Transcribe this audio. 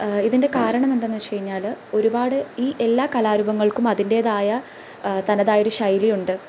ഇതിന്റെ കാരണമെന്തെന്ന് വെച്ചഴിഞ്ഞാല് ഒരുപാട് ഈ എല്ലാ കലാരൂപങ്ങള്ക്കും അതിന്റെതായ തനതായൊര് ശൈലിയുണ്ട്